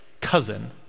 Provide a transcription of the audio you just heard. cousin